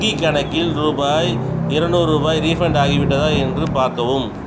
Swiggy கணக்கில் ரூபாய் இருநூறு ரூபாய் ரீஃபண்ட் ஆகிவிட்டதா என்று பார்க்கவும்